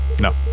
No